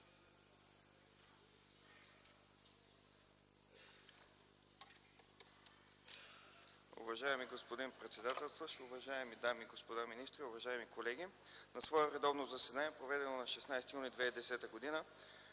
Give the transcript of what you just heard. Уважаеми господин председателстващ, уважаеми дами и господа министри, уважаеми колеги! „На свое редовно заседание, проведено на 16 юни 2010 г.,